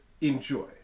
enjoy